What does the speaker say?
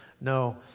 no